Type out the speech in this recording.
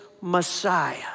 Messiah